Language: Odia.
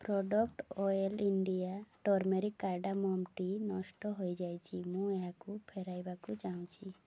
product oil India turmeric cardamom tea ନଷ୍ଟ ହେଇଯାଇଛି ମୁଁ ଏହାକୁ ଫେରାଇବାକୁ ଚାହୁଁଛି